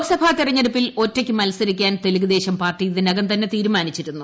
ലോക്സഭാ തെരഞ്ഞെടുപ്പിൽ ഒറ്റയ്ക്ക് മത്സരിക്കാൻ തെലുഗ്ദേശം പാർട്ടി ഇതിനകം തന്നെ തീരുമാനിച്ചിരുന്നു